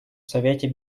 совете